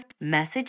message